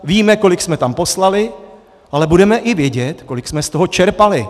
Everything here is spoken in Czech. Víme, kolik jsme tam poslali, ale budeme i vědět, kolik jsme z toho čerpali.